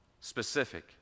specific